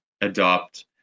adopt